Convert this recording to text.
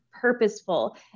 purposeful